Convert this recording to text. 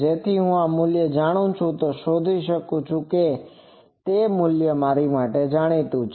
તેથી જો હું આ મૂલ્ય જાણું છું તો હું શોધી શકું છું અને તે મૂલ્ય જાણીતું છે